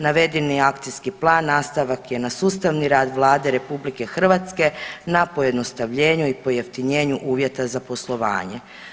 Navedeni akcijski plan nastavak je na sustavni rad Vlade RH na pojednostavljenju i pojeftinjenju uvjeta za poslovanje.